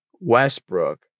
Westbrook